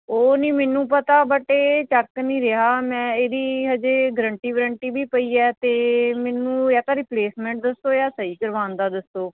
ਉਹ ਨਹੀਂ ਮੈਨੂੰ ਪਤਾ ਬਟ ਇਹ ਚੱਕ ਨਹੀਂ ਰਿਹਾ ਮੈਂ ਇਹਦੀ ਹਜੇ ਗਰੰਟੀ ਵਰੰਟੀ ਵੀ ਪਈ ਹੈ ਅਤੇ ਮੈਨੂੰ ਜਾਂ ਤਾਂ ਰਿਪਲੇਸਮੈਂਟ ਦੱਸੋ ਜਾਂ ਸਹੀ ਕਰਵਾਉਣ ਦਾ ਦੱਸੋ